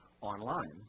online